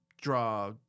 draw